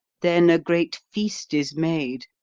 then a great feast is made,